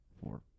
four